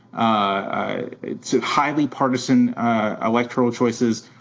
ah so highly partisan electoral choices,